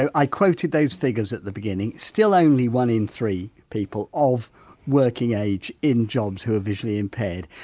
i quoted those figures at the beginning, still only one in three people of working age in jobs who are visually impaired,